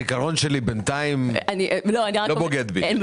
בינתיים הזיכרון שלי לא בוגד בי.